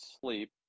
sleep